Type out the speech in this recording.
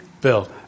Bill